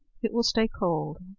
it will stay cold.